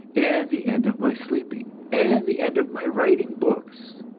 and the end of my sleeping, and the end of my writing books.